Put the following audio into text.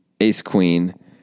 Ace-queen